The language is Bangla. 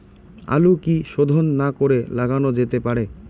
আলু কি শোধন না করে লাগানো যেতে পারে?